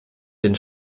den